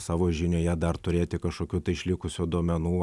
savo žinioje dar turėti kažkokių tai išlikusių duomenų